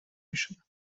میشدن